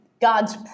God's